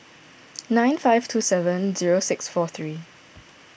nine five two seven zero six four three